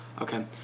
Okay